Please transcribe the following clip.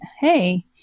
hey